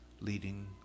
leading